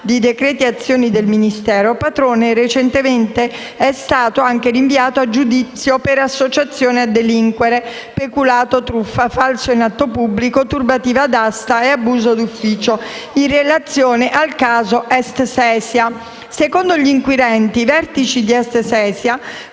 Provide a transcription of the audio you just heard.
di decreti e azioni del Ministero, Patrone recentemente è stato anche rinviato a giudizio per associazione a delinquere, peculato, truffa, falso in atto pubblico, turbativa d'asta e abuso d'ufficio in relazione al caso Est Sesia. Secondo gli inquirenti i vertici di Est Sesia,